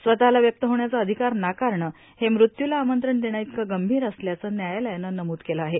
स्वतःला व्यक्त होण्याचा अधिकार नाकारणं हे मृत्यूला आमंत्रण देण्याइतकं गंभीर असल्याचं न्यायालयानं नमूद केलं आहे